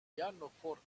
pianoforte